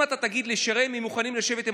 אם אתה תגיד לי שרמ"י מוכנים לשבת עם